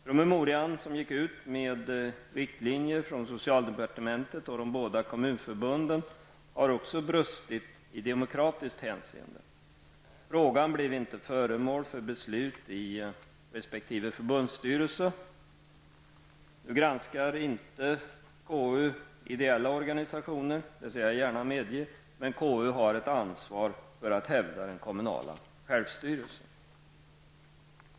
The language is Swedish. Promemorian som gick ut med riktlinjer från socialdepartementet och de båda kommunförbunden har också brustit i demokratiskt hänseende. Frågan blev inte föremål för beslut i resp. förbundsstyrelser. Nu granskar KU inte ideella organisationer -- det skall jag gärna medge -- men KU har ett ansvar för att hävda den kommunala självstyrelsen.